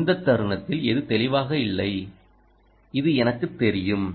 இந்த தருணத்தில் இது தெளிவாக இல்லை இது எனக்குத் தெரியும்